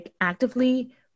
actively